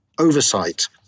oversight